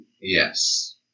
Yes